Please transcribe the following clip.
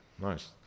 Nice